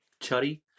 chuddy